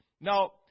Now